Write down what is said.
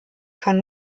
kann